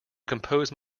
compose